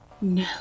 No